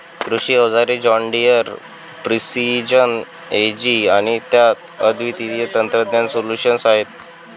कृषी अवजारे John Deere precision Ag आणि त्यात अद्वितीय तंत्रज्ञान सोल्यूशन्स आहेत